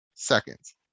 seconds